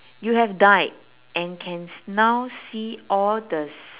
you have died and can now see all the s~